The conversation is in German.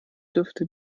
dürfte